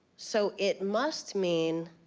so it must mean.